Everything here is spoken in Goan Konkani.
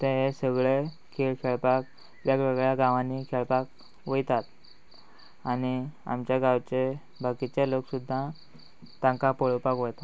ते हे सगळे खेळ खेळपाक वेगवेगळ्या गांवांनी खेळपाक वयतात आनी आमच्या गांवचे बाकीचे लोक सुद्दां तांकां पळोवपाक वयता